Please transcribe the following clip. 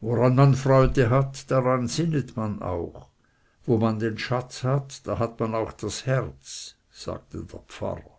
woran man freude hat daran sinnet man auch wo man den schatz hat da hat man auch das herz sagte der pfarrer